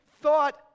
thought